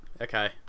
Okay